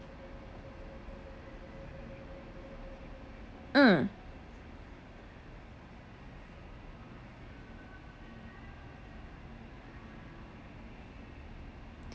mm